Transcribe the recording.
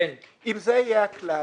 אם זה יהיה הכלל,